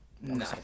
No